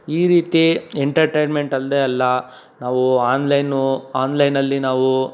ಈ ರೀತಿ ಎಂಟರ್ಟೈನ್ಮೆಂಟ್ ಅಲ್ಲದೆ ಅಲ್ಲ ನಾವು ಆನ್ಲೈನೂ ಆನ್ಲೈನಲ್ಲಿ ನಾವು